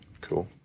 cool